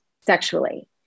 sexually